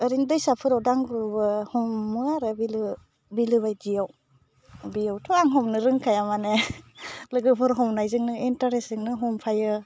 ओरैनो दैसाफोराव दांग्रोमो हमो आरो बिलो बिलो बायदियाव बेयावथ' आं हमनो रोंखाया माने लोगोफोर हमनायजोंनो इन्टारेस्टजोंनो हमफायो